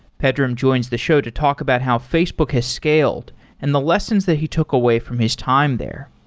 pedram joins the show to talk about how facebook has scaled and the lessons that he took away from his time there.